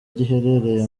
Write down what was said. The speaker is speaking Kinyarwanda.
giherereye